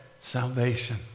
salvation